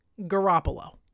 Garoppolo